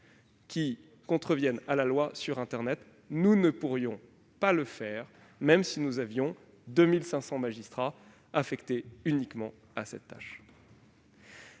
qui contreviennent à la loi sur internet ? Nous ne pourrions pas le faire même si nous avions 2 500 magistrats affectés uniquement à cette tâche